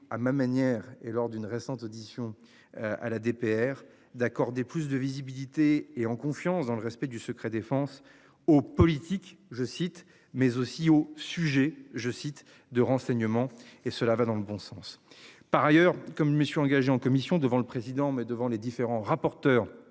à ma manière et lors d'une récente audition. À la DPR d'accorder plus de visibilité et en confiance dans le respect du secret défense aux politique je cite mais aussi au sujet, je cite, de renseignement et cela va dans le bon sens. Par ailleurs, comme messieurs en commission devant le président mais devant les différents rapporteurs